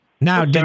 Now